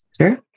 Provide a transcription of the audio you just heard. Sure